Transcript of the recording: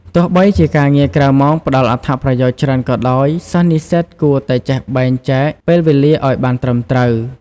ទោះបីជាការងារក្រៅម៉ោងផ្ដល់អត្ថប្រយោជន៍ច្រើនក៏ដោយ សិស្សនិស្សិតគួរតែចេះបែងចែកពេលវេលាឱ្យបានត្រឹមត្រូវ។